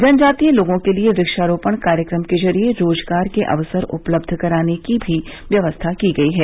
जनजातीय लोगों के लिए वक्षारोपण कार्यक्रम के जरिए रोजगार के अवसर उपलब्ध कराने की व्यवस्था की गयी है